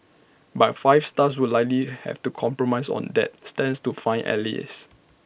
but five stars would likely have to compromise on that stands to find allies